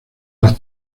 las